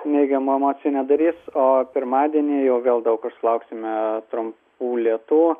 neigiamų emocijų nedarys o pirmadienį jau vėl daug kur sulauksime trumpų lietų